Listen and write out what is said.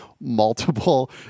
multiple